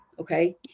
okay